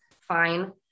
fine